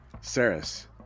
Saris